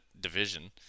division